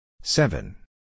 Seven